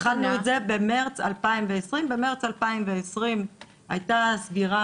התחלנו את זה במרץ 2020. במרץ 2020 הייתה סגירה